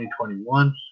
2021